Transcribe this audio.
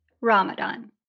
Ramadan